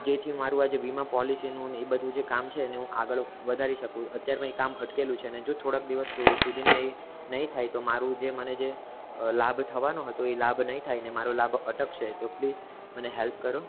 જેથી મારું આ જે વીમા પોલિસીનું ને એ બધું જે કામ છે એને હું આગળ વધારી શકું અત્યારમાં એ કામ અટકેલું છે અને જો થોડાક દિવસ સુધીમાં એ નહીં થાય તો મારું જે મને જે લાભ થવાનો હતો એ લાભ નહીં થાય ને મારો લાભ અટકશે તો પ્લીસ મને હેલ્પ કરો